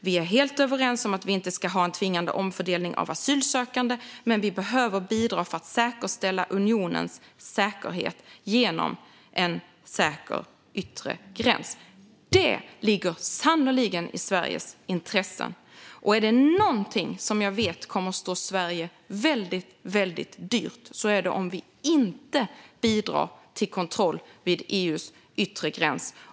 Vi är helt överens om att vi inte ska ha en tvingande omfördelning av asylsökande, men vi behöver bidra för att säkerställa unionens säkerhet genom en säker yttre gräns. Det ligger sannerligen i Sveriges intresse. Och är det någonting som jag vet kommer att stå Sverige väldigt, väldigt dyrt är det om vi inte bidrar till kontroll vid EU:s yttre gräns.